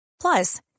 Plus